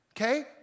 okay